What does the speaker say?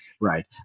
right